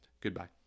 Goodbye